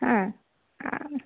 ಹಾಂ ಹಾಂ